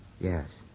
Yes